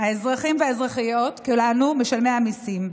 האזרחים והאזרחיות, כולנו, משלמי המיסים.